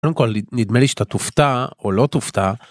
קודם כל נדמה לי שאתה תופתע או לא תופתע.